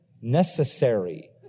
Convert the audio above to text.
Necessary